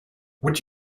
would